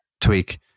Tweak